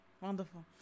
Wonderful